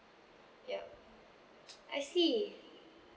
ya I see